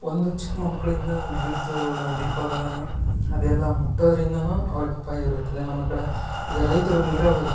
ಒಂದು ಚಿಕ್ಕ ಮಕ್ಕಳಿಂದ ವಿದ್ಯುತ್ತು ದೀಪಗಳು ಅದೆಲ್ಲ ಮುಟ್ಟೋದ್ರಿಂದಲೂ ಅವ್ರಿಗೆ ಅಪಾಯ ಇರುತ್ತದೆ ಆಮೇ ಕಡೆ ಈಗ ರೈತರು ನೀರಾವರಿ